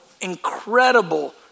incredible